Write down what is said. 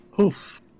Oof